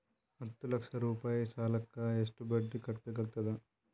ಹತ್ತ ಲಕ್ಷ ರೂಪಾಯಿ ಸಾಲಕ್ಕ ಎಷ್ಟ ಬಡ್ಡಿ ಕಟ್ಟಬೇಕಾಗತದ?